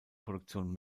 produktion